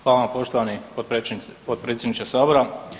Hvala vam poštovani potpredsjedniče sabora.